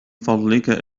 فضلك